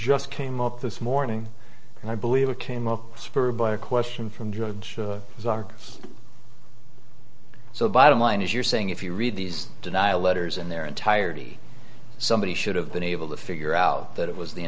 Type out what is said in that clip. just came up this morning and i believe it came up spurred by a question from judge zark so bottom line is you're saying if you read these denial letters in their entirety somebody should have been able to figure out that it was the